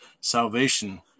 salvation